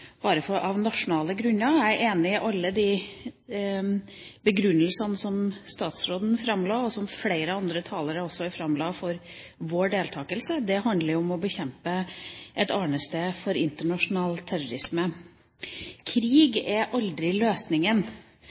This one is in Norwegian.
bare av nasjonale grunner. Jeg er enig i alle de begrunnelsene utenriksministeren framla, og som flere andre talere også framla, for vår deltakelse. Det handler jo om å bekjempe et arnested for internasjonal terrorisme. Krig er aldri løsningen.